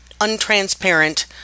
untransparent